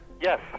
Yes